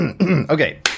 Okay